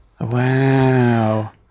wow